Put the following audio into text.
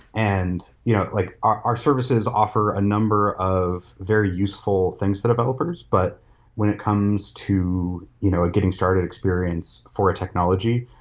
and you know like our services offer a number of very useful things to developers, but when it comes to you know getting start to experience for a technology,